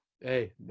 Hey